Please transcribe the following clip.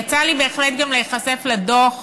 יצא לי בהחלט גם להיחשף לדוח